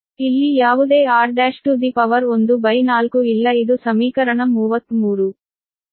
ಆದ್ದರಿಂದ ಇಲ್ಲಿ ಯಾವುದೇ r' to the power 1 by 4 ಇಲ್ಲ ಇದು ಸಮೀಕರಣ 33